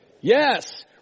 Yes